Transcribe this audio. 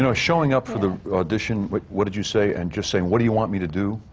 and showing up for the audition what what did you say? and just saying, what do you want me to do?